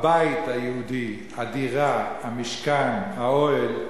הבית היהודי, הדירה, המשכן, האוהל,